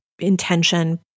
Intention